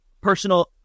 personal –